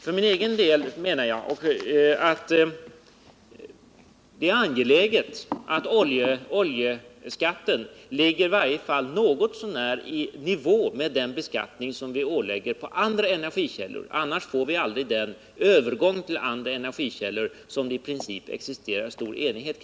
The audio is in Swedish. För min egen del menar jag att det är angeläget att oljeskatten ligger i varje fall något så när i nivå med den skatt som vi lägger på andra Nr 94 energikällor. Annars får vi aldrig en sådan övergång till andra energikällor Fredagen den som det i princip råder en stor enighet om.